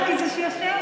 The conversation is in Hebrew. כי זה שעשע,